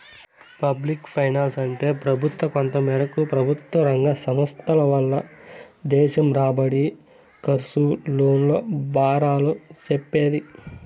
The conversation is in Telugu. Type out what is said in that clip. పబ్లిక్ ఫైనాన్సంటే పెబుత్వ, కొంతమేరకు పెబుత్వరంగ సంస్థల వల్ల దేశం రాబడి, కర్సు, లోన్ల బారాలు సెప్పేదే